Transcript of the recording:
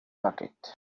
pocket